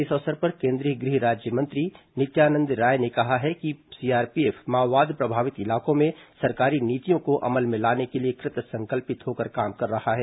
इस अवसर पर केंद्रीय गृह राज्यमंत्री नित्यानंद राय ने कहा है कि सीआरपीएफ माओवाद प्रभावित इलाकों में सरकारी नीतियों को अमल में लाने के लिए कृतसंकल्पित होकर काम कर रहा है